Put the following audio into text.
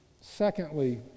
Secondly